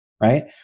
right